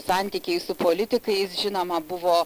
santykiai su politikais žinoma buvo